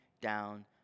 down